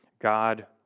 God